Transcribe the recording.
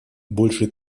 большей